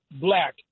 black